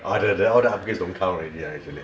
ah the the all the upgrades don't count already actually